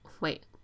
Wait